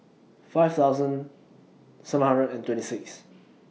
five thousand seven hundred and twenty six